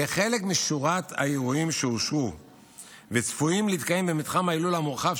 כחלק משורת האירועים שאושרו וצפויים להתקיים במתחם ההילולה המורחב,